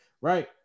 Right